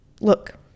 Look